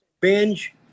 Binge